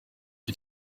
cyo